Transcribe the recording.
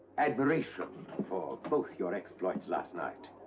admiration for both your exploits last night.